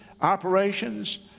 operations